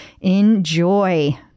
enjoy